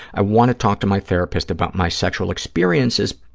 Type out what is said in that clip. i want to talk to my therapist about my sexual experiences,